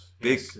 big